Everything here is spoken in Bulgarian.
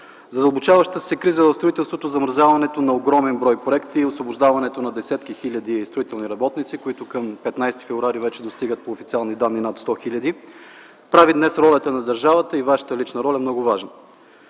Задълбочаващата се криза в строителството, замразяването на огромен брой проекти и освобождаването на десетки хиляди строителни работници, които към 15 февруари вече достигат по официални данни над 100 хиляди, прави днес ролята на държавата и Вашата лична роля много важна.